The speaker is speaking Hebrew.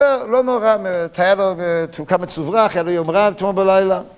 לא נורא, תהיה לו כמה צוברח, יהיה לו יום רב, אתמול בלילה